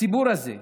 הציבור הזה,